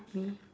me